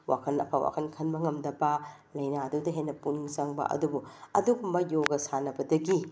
ꯋꯥꯈꯜ ꯑꯐꯕ ꯋꯥꯈꯜ ꯈꯟꯕ ꯉꯝꯗꯕ ꯂꯥꯏꯅꯥꯗꯨꯗ ꯍꯦꯟꯅ ꯄꯨꯛꯅꯤꯡ ꯆꯪꯕ ꯑꯗꯨꯕꯨ ꯑꯗꯨꯒꯨꯝꯕ ꯌꯣꯒ ꯁꯥꯟꯅꯕꯗꯒꯤ